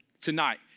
tonight